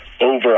over